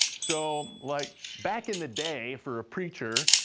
so, like back in the day, for a preacher,